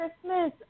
Christmas